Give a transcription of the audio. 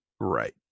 right